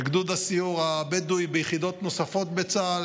בגדוד הסיור הבדואי וביחידות נוספות בצה"ל